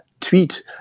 tweet